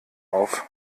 auf